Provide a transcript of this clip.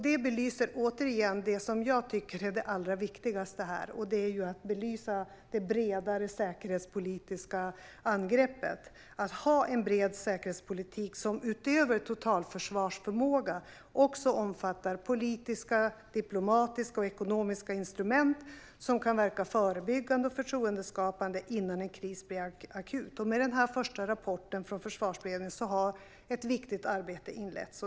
Det belyser återigen det som jag tycker är det allra viktigaste: det bredare säkerhetspolitiska angreppet. Det handlar om att ha en bred säkerhetspolitik som utöver totalförsvarsförmåga också omfattar politiska, diplomatiska och ekonomiska instrument som kan verka förebyggande och förtroendeskapande innan en kris blir akut. Med den första rapporten från Försvarsberedningen har ett viktigt arbete inletts.